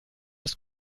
ist